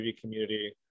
community